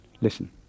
Listen